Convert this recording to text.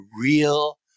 Real